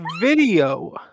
video